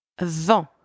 vent